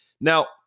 Now